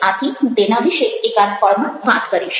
આથી હું તેના વિશે એકાદ પળમાં વાત કરીશ